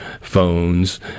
phones